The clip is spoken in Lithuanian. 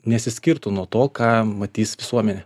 nesiskirtų nuo to ką matys visuomenė